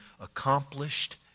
accomplished